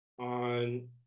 on